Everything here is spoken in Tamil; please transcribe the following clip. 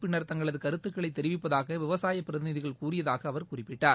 பின்னர் தங்களது கருத்துக்களை தெரிவிப்பதாக விவசாயப் பிரதிநிதிகள் கூறியதாக அவர் குறிப்பிட்டார்